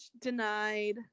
denied